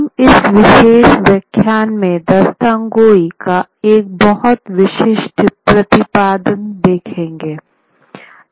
हम इस विशेष व्याख्यान में दास्तानगोई का एक बहुत विशिष्ट प्रतिपादन देखेंगे